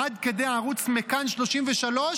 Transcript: עד כדי ערוץ מכאן 33,